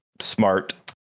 smart